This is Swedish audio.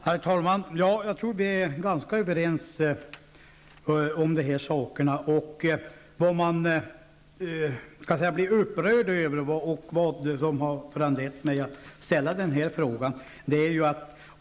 Herr talman! Jag tror att vi är ganska överens om dessa saker. Det som gjort mig upprörd och föranlett mig att ställa denna fråga är hanteringen.